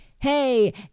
Hey